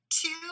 two